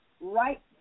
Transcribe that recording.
right